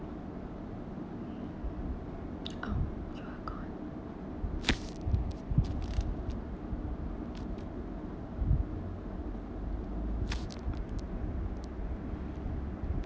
oh you were gone